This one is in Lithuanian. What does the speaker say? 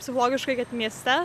psichologiškai kad mieste